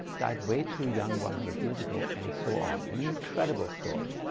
died way too young one hundred years ago and so on. an incredible story.